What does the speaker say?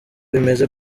bimeze